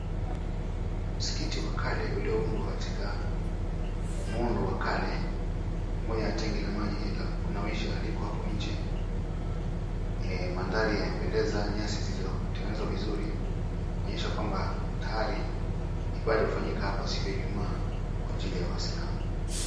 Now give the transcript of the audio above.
Msikiti wa kale ulioundwa katika muundo wa kale, pamoja na tangi la maji la kunawisha liko hapo njee. Mandhari yanapendeza nyasi zilizotengenezwa vizuri kuonyesha kwamba tayari Ibada hufanyika hapa siku ya ijumaa Kwa ajili ya waislamu.